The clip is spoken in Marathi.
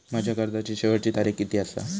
माझ्या कर्जाची शेवटची तारीख किती आसा?